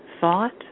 thought